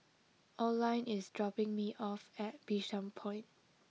Oline is dropping me off at Bishan Point